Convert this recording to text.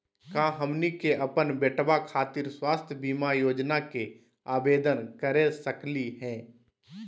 का हमनी के अपन बेटवा खातिर स्वास्थ्य बीमा योजना के आवेदन करे सकली हे?